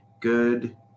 Good